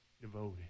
devoted